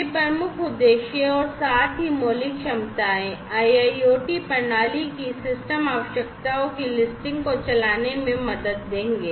यह प्रमुख उद्देश्य और साथ ही मौलिक क्षमताऐ IIoT प्रणाली की सिस्टम आवश्यकताओं की लिस्टिंग को चलाने में मदद देंगे